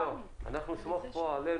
אנחנו סומכים על עצמנו.